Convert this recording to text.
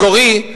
מקורית,